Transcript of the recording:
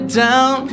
down